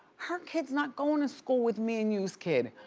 her kid's not going to school with me and you's kid.